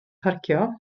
parcio